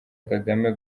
kagame